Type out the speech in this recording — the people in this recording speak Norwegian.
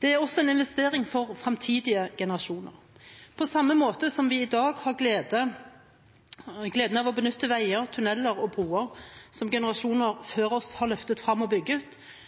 Det er også en investering for fremtidige generasjoner. På samme måte som vi i dag har gleden av å benytte veier, tunneler og broer som generasjoner